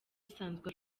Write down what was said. usanzwe